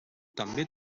també